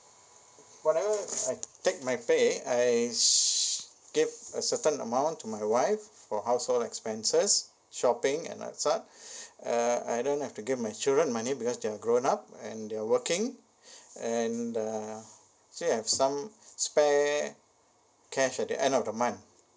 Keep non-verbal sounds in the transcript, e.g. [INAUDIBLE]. whenever I take my pay I s~ give a certain amount to my wife for household expenses shopping and massage [BREATH] uh I don't have to give my children money because they're grown up and they are working [BREATH] and actually I have some spare cash at the end of the month